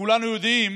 כולנו יודעים